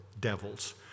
devils